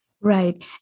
Right